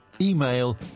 email